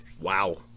Wow